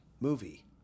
Movie